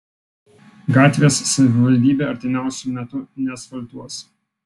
gatvės savivaldybė artimiausiu metu neasfaltuos